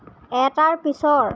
এটাৰ পিছৰ